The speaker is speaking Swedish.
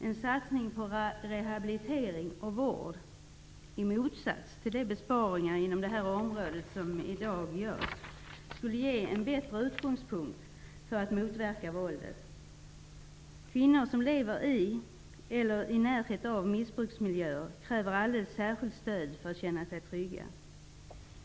En satsning på rehabilitering och vård, i motsats till de besparingar inom det här området som i dag görs, skulle ge en bättre utgångspunkt för att motverka våldet. Kvinnor som lever i eller i närheten av missbruksmiljöer kräver alldeles särskilt stöd för att känna sig trygga.